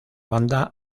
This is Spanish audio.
banda